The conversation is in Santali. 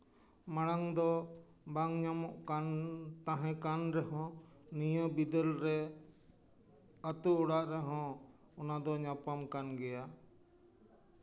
ᱢᱟᱲᱟᱝ ᱫᱚ ᱵᱟᱝ ᱧᱟᱢᱚᱜ ᱠᱟᱱ ᱛᱟᱦᱮᱸ ᱠᱟᱱ ᱨᱮᱦᱚᱸ ᱱᱤᱭᱟᱹ ᱵᱤᱫᱟᱹᱞ ᱨᱮ ᱟᱛᱳ ᱚᱲᱟᱜ ᱨᱮᱦᱚᱸ ᱚᱱᱟ ᱫᱚ ᱧᱟᱯᱟᱢ ᱠᱟᱱ ᱜᱮᱭᱟ